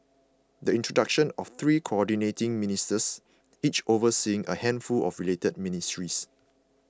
the introduction of three Coordinating Ministers each overseeing a handful of related ministries